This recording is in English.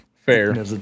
Fair